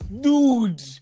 dude